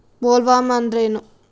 Bollworm ಅಂದ್ರೇನು?